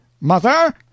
Mother